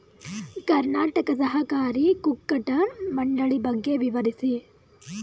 ಕರ್ನಾಟಕ ಸಹಕಾರಿ ಕುಕ್ಕಟ ಮಂಡಳಿ ಬಗ್ಗೆ ವಿವರಿಸಿ?